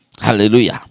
Hallelujah